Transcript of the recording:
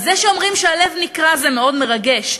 אז זה שאומרים שהלב נקרע זה מאוד מרגש,